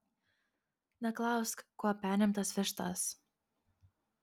neklausk kuo penim tas vištas